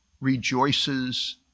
rejoices